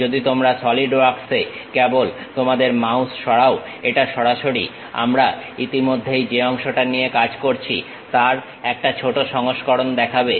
যদি তোমরা সলিড ওয়ার্কসে কেবল তোমাদের মাউস সরাও এটা সরাসরি আমরা ইতিমধ্যেই যে অংশটা নিয়ে কাজ করেছি তার একটা ছোট সংস্করণ দেখাবে